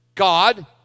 God